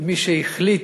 מי שהחליט,